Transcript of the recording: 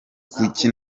kuki